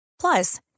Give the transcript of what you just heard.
Plus